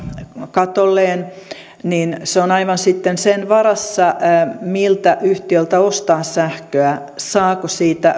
katolleen niin se on aivan sitten sen varassa miltä yhtiöltä ostaa sähköä saako siitä